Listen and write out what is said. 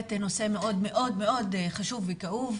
בנושא מאוד מאוד חשוב וכאוב,